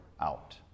out